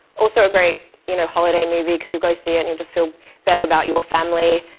also a great, you know, holiday movie, cause you'll go see it and you'll just feel better about your family.